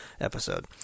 episode